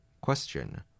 Question